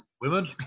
women